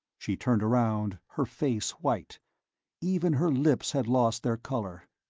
she turned around, her face white even her lips had lost their color.